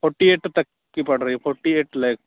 forty eight तक की पड़ रही है फ़ोट्टी एट लैक